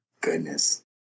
Goodness